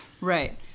Right